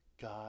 God